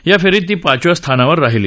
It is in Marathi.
या फेरीत ती पाचव्या स्थानावर राहिली